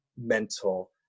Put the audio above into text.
mental